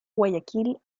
guayaquil